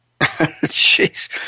Jeez